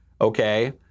okay